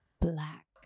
black